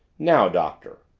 now, doctor.